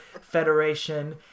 federation